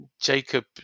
Jacob